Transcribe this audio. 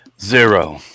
Zero